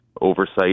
oversight